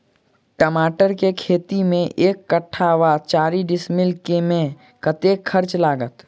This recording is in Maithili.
टमाटर केँ खेती मे एक कट्ठा वा चारि डीसमील मे कतेक खर्च लागत?